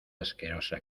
asquerosa